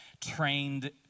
trained